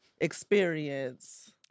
experience